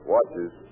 Watches